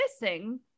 missing